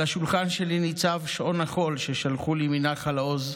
על השולחן שלי ניצב שעון החול ששלחו לי מנחל עוז,